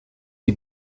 die